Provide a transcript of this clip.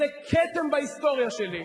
זה כתם בהיסטוריה שלי.